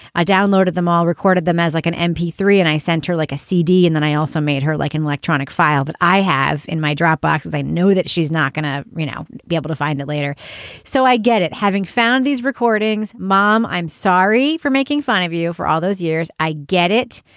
i downloaded them all, recorded them as like an empty three. and i sent her like a c d. and then i also made her like an electronic file that i have in my dropbox, as i know that she's not going to now be able to find it later so i get it. having found these recordings, mom, i'm sorry for making fun of you for all those years. i get it.